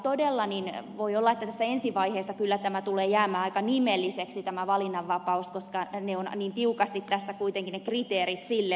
todella voi olla että tässä ensi vaiheessa kyllä tulee jäämään aika nimelliseksi tämä valinnanvapaus koska on niin tiukasti tässä kuitenkin ne kriteerit sille asetettu